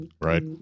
Right